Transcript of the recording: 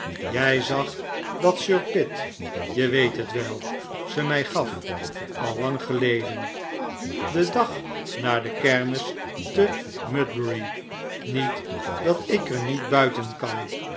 jij zag dat sir pitt je weet het wel ze mij gaf al lang geleden den dag na de kermis te mudbury niet dat ik er niet buiten kan